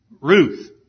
Ruth